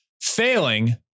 failing